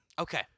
Okay